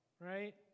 right